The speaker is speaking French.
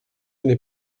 n’est